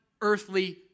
earthly